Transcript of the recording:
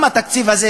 גם התקציב הזה,